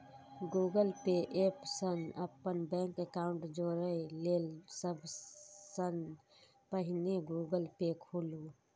Google pay app सं अपन bank account जोड़य लेल सबसं पहिने गूगल पे खोलू